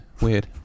weird